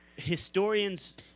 Historians